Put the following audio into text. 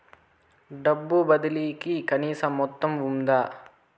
డబ్బు బదిలీ కి కనీస మొత్తం ఉందా?